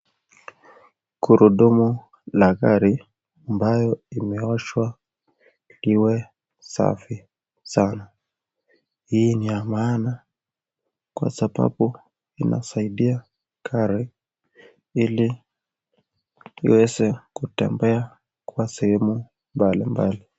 Kurudumu la gari ambayo imeonyeshwa iwe safi sana hii ni ya maana Kwa sababu inasaidia gari iliiweze kutembea kwa sehemu mbalimbali.